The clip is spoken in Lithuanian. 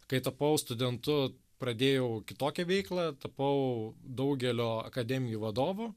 kai tapau studentu pradėjau kitokią veiklą tapau daugelio akademijų vadovu